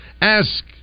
Ask